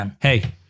hey